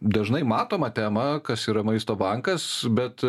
dažnai matomą temą kas yra maisto bankas bet